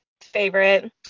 favorite